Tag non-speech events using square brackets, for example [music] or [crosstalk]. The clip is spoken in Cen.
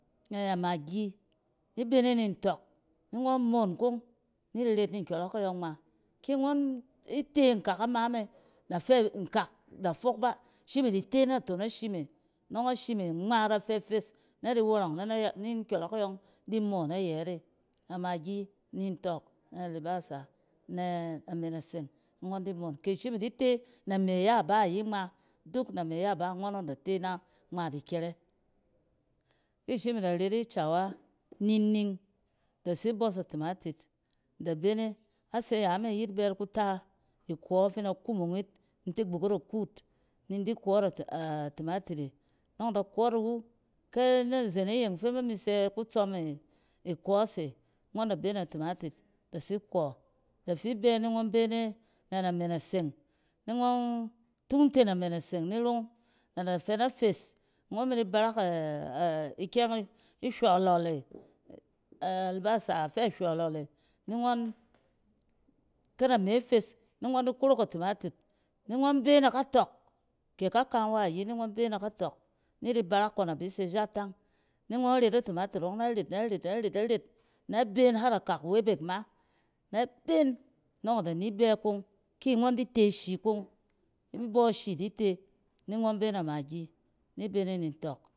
Nɛ magi, ni bene ni nfↄk. Ningↄn moon kong ni di ret ni nkyↄrↄk e yↄng ngma ki ngↄn te nkak a ma me, na fɛ nkak da fok ba. Shim idi te naton a shi me nↄng ashime ngma ada fɛ nkak da fok ba. Shim idi te naton a shi me nↄng ashime ngma ada fɛ fes, na di wↄrↄng na naya-ni nkyↄrↄk e yↄng di moon ayɛt e. A magi ni ntↄk, nɛ albasa nɛ name naseng ni ngↄn di moon. Ki ishim idi te name yaba ayi ngma, duk name yabang ngↄnↄng da ten a ngma di kyɛrɛ. ki shim ida ret icawa ni ining da tsi bↄs a timatit da bene. Ase yame iyit bet kuta akↄↄ fi nda kumung yit, in te gbuk yit akuut ni in di kↄↄt a timatit e nↄng da kↄↄt iwu. Kɛ ni zen iyeng fɛ ba mi sɛ kutsↄm ikↄↄse ngↄn da be na timatit da tsi kↄ. Dafi bɛ ni ngↄn bene nɛ name naseng ni ngↄn tunte nme naseng nirong na da fɛ na fes, ngↄn mi di barak [hesitation] ikyɛng ihywol e albasa [hesitation] afɛ hywolo e ni ngↄn kɛ name fes, ni ngↄn be na katↄk ke ka kanwa ayi ni ngↄn be na katↄk ni di ngↄn ret a timatit ↄng naret, naret, na ret, na ret na ben har akak webek ma nɛ ben nↄng ida ni bɛ kong ki ngↄn di te shi kong ibↄ shi di te, ni ngↄn be na magi mi be ni ntↄk.